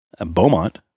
Beaumont